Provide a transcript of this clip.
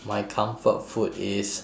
my comfort food is